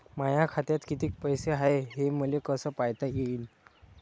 माया खात्यात कितीक पैसे हाय, हे मले कस पायता येईन?